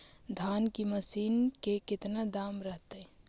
धान की मशीन के कितना दाम रहतय?